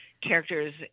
characters